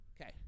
Okay